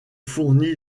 fourni